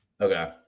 okay